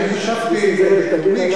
אני חשבתי לתומי,